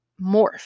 morph